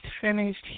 finished